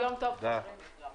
תודה, הישיבה נעולה.